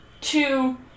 Two